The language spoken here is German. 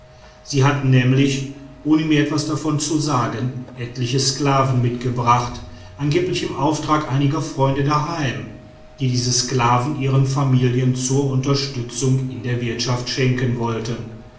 sie hatten nämlich ohne mir etwas davon zu sagen etliche sklaven mitgebracht angeblich im auftrag einiger freunde daheim die diese sklaven ihren familien zur unterstützung in der wirtschaft schenken wollten